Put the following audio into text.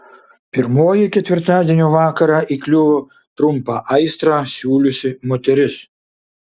pirmoji ketvirtadienio vakarą įkliuvo trumpą aistrą siūliusi moteris